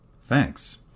Thanks